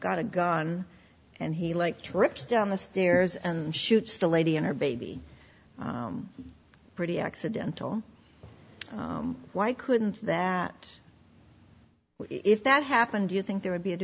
got a gun and he like trips down the stairs and shoots the lady and her baby pretty accidental why couldn't that if that happened do you think there would be a